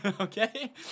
okay